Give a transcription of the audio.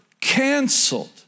canceled